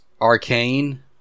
Arcane